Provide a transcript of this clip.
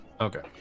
Okay